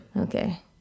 okay